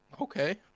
Okay